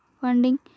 funding